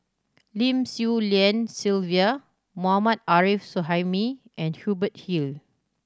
Lim Swee Lian Sylvia Mohammad Arif Suhaimi and Hubert Hill